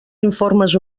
informes